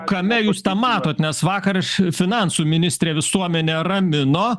kame jūs tą matot nes vakar finansų ministrė visuomenę ramino